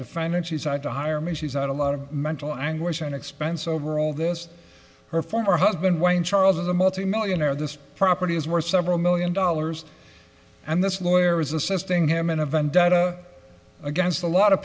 defining she's had to hire me she's out a lot of mental anguish and expense over all this her former husband wayne charles is a multi millionaire this property is worth several million dollars and this lawyer is assisting him in a vendetta against a lot of